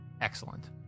excellent